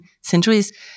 centuries